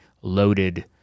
loaded